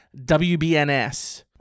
WBNS